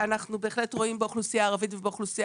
אנחנו בהחלט רואים באוכלוסייה הערבית ובאוכלוסייה